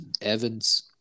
Evans